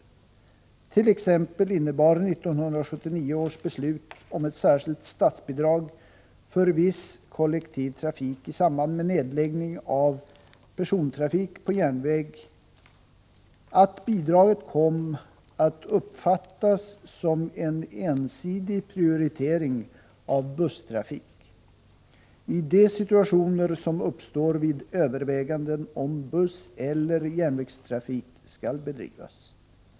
Så t.ex. innebar 1979 års beslut om ett särskilt statsbidrag för viss kollektiv trafik i samband med nedläggning av persontrafik på järnväg att bidraget, i de situationer som uppstår vid överväganden om huruvida busseller järnvägstrafik skall bedrivas, kom att uppfattas som en ensidig prioritering av busstrafiken.